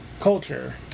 culture